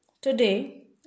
Today